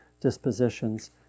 dispositions